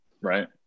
Right